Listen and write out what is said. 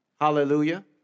Hallelujah